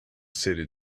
city